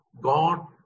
God